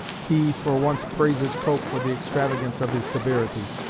he, for once, praises coke for the extravagance of his severity